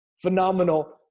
phenomenal